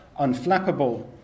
unflappable